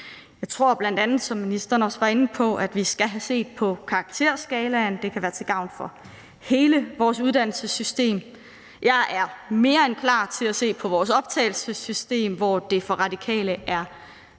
Jeg tror bl.a., som ministeren også var inde på, at vi skal have set på karakterskalaen – det kan være til gavn for hele vores uddannelsessystem. Jeg er mere end klar til at se på vores optagelsessystem, hvor det for Radikale er